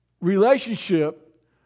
relationship